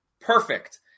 Perfect